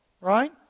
Right